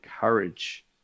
courage